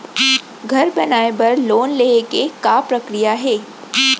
घर बनाये बर लोन लेहे के का प्रक्रिया हे?